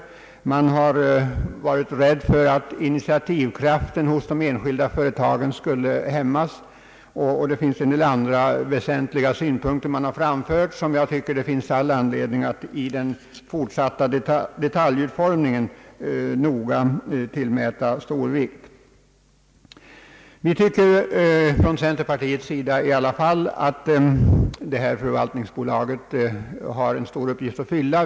Man har varit rädd för att initiativkraften hos de enskilda företagen skulle hämmas. Man har också framfört en del andra väsentliga synpunkter som man enligt min uppfattning har anledning att tillmäta stor betydelse i den fortsatta detaljutformningen. Från centerpartiets sida tycker vi emellertid att detta förvaltningsbolag har en stor uppgift att fylla.